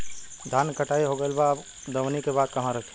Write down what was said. धान के कटाई हो गइल बा अब दवनि के बाद कहवा रखी?